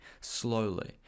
slowly